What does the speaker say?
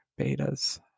betas